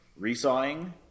resawing